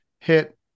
hit